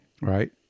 right